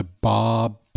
Bob